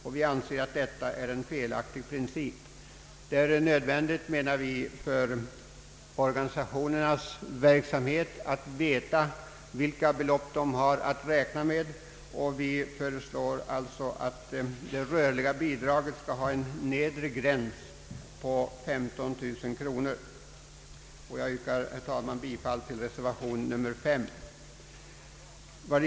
Vi anser att detta är en felaktig princip. Det är nödvändigt, menar vi, för organisationernas verksamhet att veta vilka belopp de har att räkna med. Vi föreslår därför att det rörliga bidraget skall ha en nedre gräns på 15 000 kronor. Jag yrkar, herr talman, bifall till reservation 5.